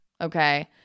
okay